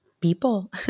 people